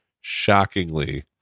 shockingly